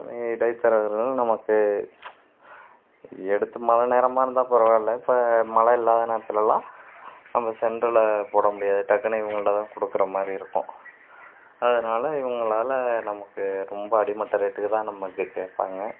இடைத்தரகர்கள் நமக்கு எடுத்து மழை நேரமாக இருந்தால் பரவாயில்ல இப்போ மழை இல்லாத நேரத்திலலாம் நம்ம சென்டர்ல போட முடியாது டக்குனு இவங்கள்கிட்ட தான் கொடுக்குற மாதிரி இருக்கும் அதனால இவங்களால் நமக்கு ரொம்ப அடிமட்ட ரேட்டுக்கு தான் நமக்கு கேட்பாங்க